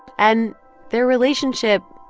and their relationship,